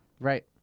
Right